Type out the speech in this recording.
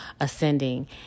ascending